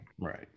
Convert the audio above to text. right